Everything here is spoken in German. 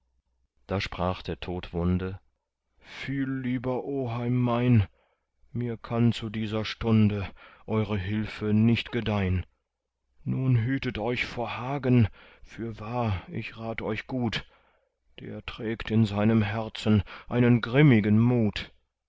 da sprach der todwunde viel lieber oheim mein mir kann zu dieser stunde eure hilfe nicht gedeihn nun hütet euch vor hagen fürwahr ich rat euch gut der trägt in seinem herzen einen grimmigen mut